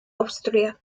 awstria